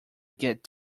get